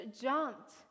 jumped